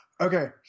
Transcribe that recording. Okay